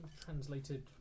translated